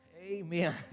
Amen